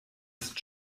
ist